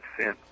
sin